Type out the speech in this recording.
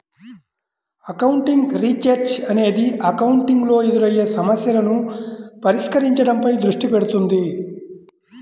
accounting research అనేది accounting లో ఎదురయ్యే సమస్యలను పరిష్కరించడంపై దృష్టి పెడుతుంది